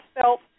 felt